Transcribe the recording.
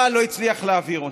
אבל לא הצליח להעביר אותה.